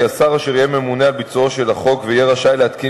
כי השר אשר יהיה ממונה על ביצועו של החוק ויהיה רשאי להתקין